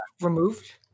removed